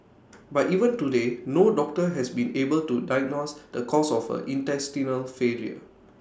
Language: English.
but even today no doctor has been able to diagnose the cause of her intestinal failure